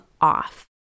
off